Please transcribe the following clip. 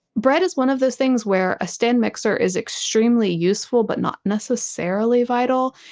bread is one of those things where a stand mixer is extremely useful, but not necessarily vital.